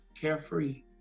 carefree